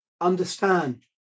understand